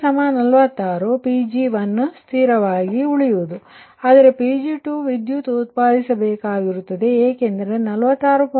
ಈಗ 42 Pg1 ಸ್ಥಿರವಾಗಿ ಉಳಿಯುತ್ತದೆ ಆದರೆ Pg2 ವಿದ್ಯುತ್ ಉತ್ಪಾದಿಸಬೇಕಾಗಿರುತ್ತದೆ ಏಕೆಂದರೆ 46